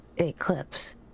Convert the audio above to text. Eclipse